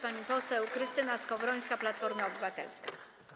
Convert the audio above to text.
Pani poseł Krystyna Skowrońska, Platforma Obywatelska.